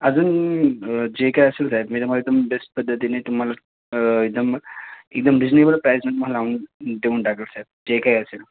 अजून जे काय असेल साहेब मी तुम्हाला एकदम बेस्ट पद्धतीने तुम्हाला एकदम एकदम रिजनेबल प्राईजमध्ये तुम्हाला आणून देऊन टाकेल साहेब जे काय असेल